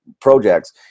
projects